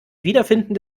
wiederfinden